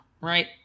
Right